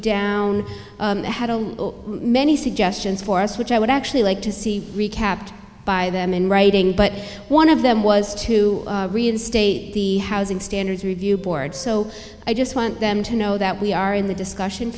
had many suggestions for us which i would actually like to see recapped by them in writing but one of them was to reinstate the housing standards review board so i just want them to know that we are in the discussion